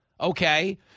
Okay